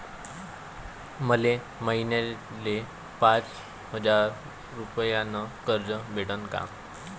मले महिन्याले पाच हजार रुपयानं कर्ज भेटन का?